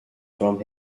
from